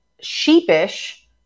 sheepish